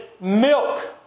milk